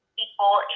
people